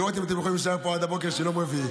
לראות אם אתם יכולים להישאר פה עד הבוקר של יום רביעי.